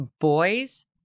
boys